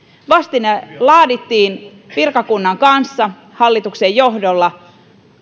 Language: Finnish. vastine laadittiin virkakunnan kanssa hallituksen johdolla